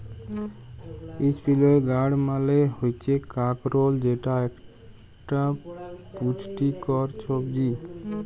ইসপিলই গাড় মালে হচ্যে কাঁকরোল যেট একট পুচটিকর ছবজি